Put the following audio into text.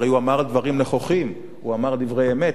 הרי הוא אמר דברים נכוחים, הרי הוא אמר דברי אמת.